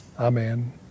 Amen